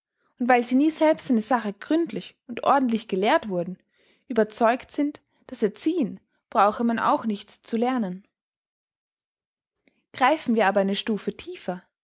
und weil sie nie selbst eine sache gründlich und ordentlich gelehrt wurden überzeugt sind das erziehen brauche man auch nicht zu lernen greifen wir aber eine stufe tiefer